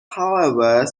however